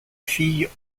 filles